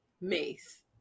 Mace